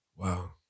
Wow